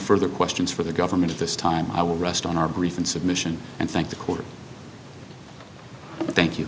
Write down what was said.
further questions for the government at this time i will rest on our brief and submission and thank the court thank you